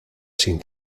sin